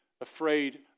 afraid